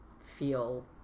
feel